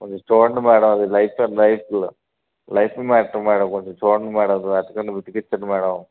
కొంచెం చూడండి మేడం ఇది లైఫ్ లైఫ్ మ్యాటర్ మేడం కొంచెం చూడండి మేడం కొంచెం అర్జంట్ వెతికించండి మేడం